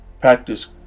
Practice